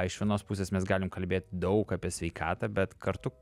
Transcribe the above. iš vienos pusės mes galime kalbėt daug apie sveikatą bet kartu